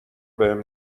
بهم